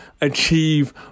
achieve